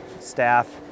staff